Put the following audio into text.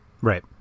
Right